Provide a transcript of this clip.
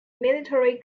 military